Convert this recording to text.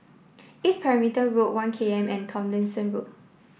East Perimeter Road One K M and Tomlinson Road